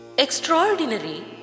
Extraordinary